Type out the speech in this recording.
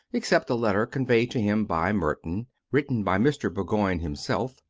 except a letter conveyed to him by merton, written by mr. bourgoign himself,